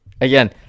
again